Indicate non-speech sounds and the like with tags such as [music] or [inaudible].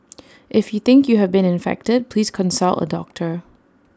[noise] if you think you have been infected please consult A doctor